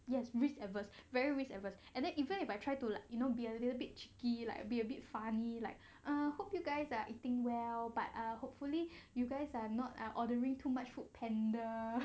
yes risk averse very risk averse and then even if I try to like you know be a little bit cheeky like be a bit funny like err hope you guys are eating well but uh hopefully you guys are not uh ordering too much food panda